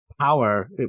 power